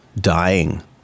dying